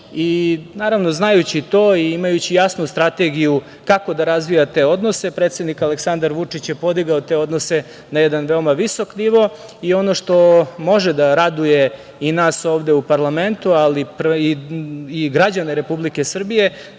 loši. Naravno, znajući to i imajući jasnu strategiju kako da razvija te odnose predsednik Aleksandar Vučić je podigao te odnose na jedan veoma visok nivo. Ono što može da raduje i nas ovde u parlamentu ali i građane Republike Srbije